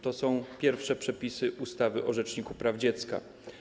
To są pierwsze przepisy ustawy o rzeczniku praw dziecka.